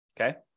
okay